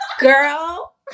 Girl